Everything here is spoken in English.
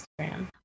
Instagram